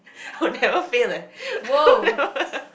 I will never fail leh